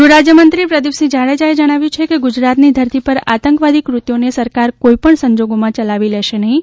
ગૃહ રાજ્યમંત્રી પ્રદિપસિંહ જાડેજાએ જણાવ્યું છે કે ગુજરાતની ધરતી પર આતંકવાદી કૃત્યોને સરકાર કોઇપણ સંજોગોમાં ચલાવી લેશે નહીં